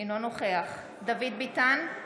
אינו נוכח דוד ביטן,